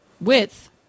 width